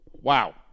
Wow